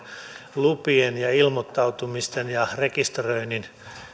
lupien ja ilmoittautumisten ja rekisteröinnin